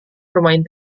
bermain